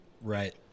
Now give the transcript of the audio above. right